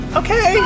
okay